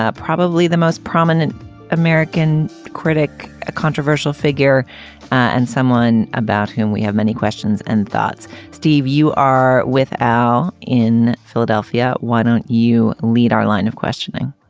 ah probably the most prominent american critic, a controversial figure and someone about whom we have many questions and thoughts. steve, you are with al in philadelphia. why don't you lead our line of questioning?